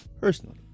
personally